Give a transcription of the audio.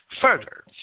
Further